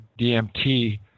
DMT